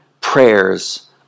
prayers